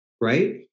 Right